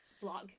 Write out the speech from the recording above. blog